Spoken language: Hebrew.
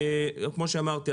כפי שאמרתי,